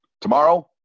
tomorrow